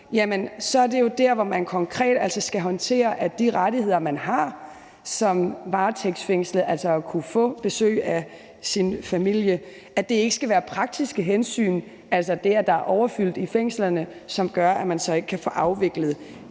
så er det jo der, man konkret skal håndtere, at de rettigheder, man har som varetægtsfængslet – altså at kunne få besøg af sin familie – ikke skal indskrænkes af praktiske hensyn, altså at det, at der overfyldt i fængslerne, gør, at man så ikke kan få afviklet